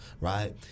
right